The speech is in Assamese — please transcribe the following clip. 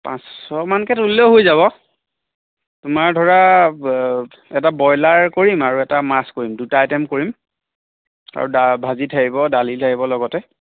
পাঁচশমানকৈ তুলিলেও হৈ যাব তোমাৰ ধৰা এটা বইলাৰ কৰিম আৰু এটা মাছ কৰিম দুটা আইটেম কৰিম আৰু দা ভাজি থাকিব দালি থাকিব লগতে